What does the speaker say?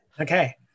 Okay